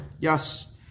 Yes